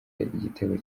igitego